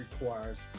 requires